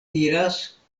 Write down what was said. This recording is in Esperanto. diras